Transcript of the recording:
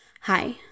Hi